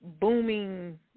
booming